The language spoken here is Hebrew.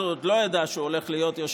אז הוא עוד לא ידע שהוא הולך להיות יושב-ראש